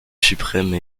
suprême